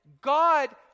God